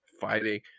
fighting